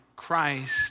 Christ